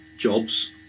Jobs